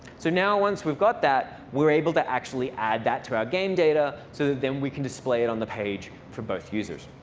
so now, once we've got that, we're able actually add that to our game data so that then we can display it on the page for both users.